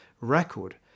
record